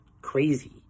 crazy